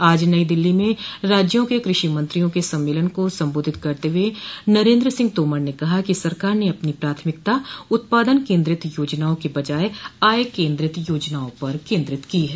आज नई दिल्ली में राज्यों के कृषि मंत्रियों के सम्मेलन को संबोधित करते हुए नरेन्द्र सिंह तोमर ने कहा कि सरकार ने अपनी प्राथमिकता उत्पादन केन्द्रित योजनाओं के बजाय आय केन्द्रित योजनाओं पर केन्द्रित की है